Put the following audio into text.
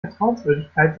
vertrauenswürdigkeit